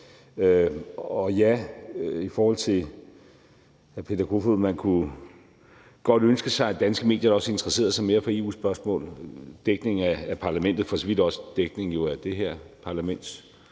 hr. Peter Kofod vil jeg sige: Ja, man godt kunne ønske sig, at danske medier også interesserede sig mere for EU-spørgsmål, for dækning af parlamentet og for så vidt også dækning af det her parlaments